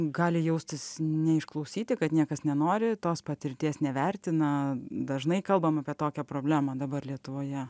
gali jaustis neišklausyti kad niekas nenori tos patirties nevertina dažnai kalbam apie tokią problemą dabar lietuvoje